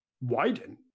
widen